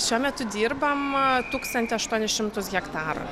šiuo metu dirbam tūkstantį aštuonis šimtus hektarų